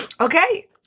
Okay